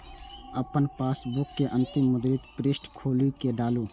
अपन पासबुकक अंतिम मुद्रित पृष्ठ खोलि कें डालू